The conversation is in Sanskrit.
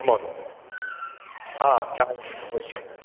महोदय चायं अवश्यम्